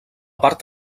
part